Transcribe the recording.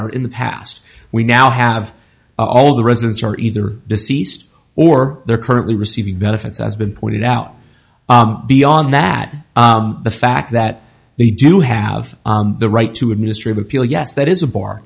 are in the past we now have all the residents are either deceased or they're currently receiving benefits has been pointed out beyond that the fact that they do have the right to administrate appeal yes that is a bar